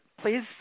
please